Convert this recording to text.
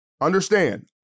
Understand